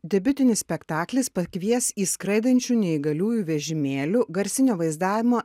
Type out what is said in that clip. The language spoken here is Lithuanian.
debiutinis spektaklis pakvies į skraidančių neįgaliųjų vežimėlių garsinio vaizdavimo